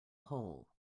hole